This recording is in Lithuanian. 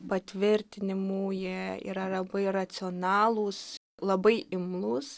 patvirtinimų jie yra labai racionalūs labai imlūs